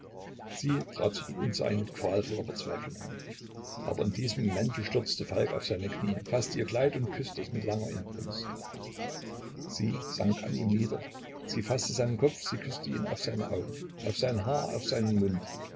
sie trat zurück und sah ihn mit qualvoller verzweiflung an aber in diesem momente stürzte falk auf seine knie faßte ihr kleid und küßte es mit langer inbrunst sie sank an ihm nieder sie faßte seinen kopf sie küßte ihn auf seine augen auf sein haar auf seinen mund